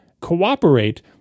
cooperate